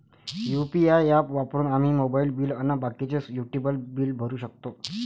UPI app वापरून आम्ही mobile bill अन बाकीचे युटिलिटी बिल भरू शकतो